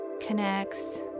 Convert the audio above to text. connects